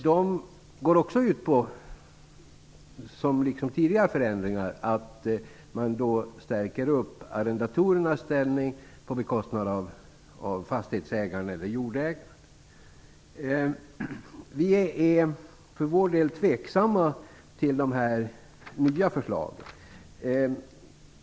De går också ut på, liksom tidigare förändringar, att stärka arrendatorernas ställning på bekostnad av fastighetsägaren eller jordägaren. Vi för vår del är tveksamma till de nya förslagen.